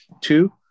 Two-